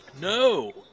No